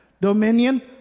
dominion